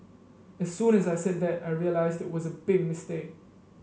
as soon as I said that I realised it was a big mistake